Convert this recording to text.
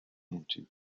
into